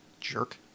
jerk